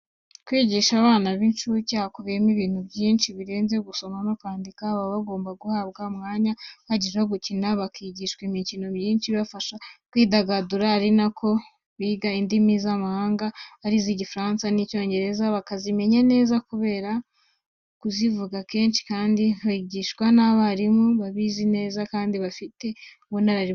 Kwigisha abana by' inshuke hakubiyemo ibintu byinshi birenze gusoma no kwandika, baba bagomba guhabwa umwanya uhagije wo gukina, bakigishwa imikino myinshi ibafasha kwidagadura ari na ko biga indimi z' amahanga arizo igifaransa n' icyongereza, bakazimenya neza kubera kuzivuga kenshi, kandi bigishwa n'abarimu bazizi neza kandi bafite ubunararibonye.